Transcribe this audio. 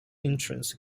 entrance